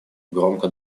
громко